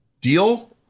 deal